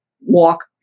walk